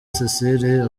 cecile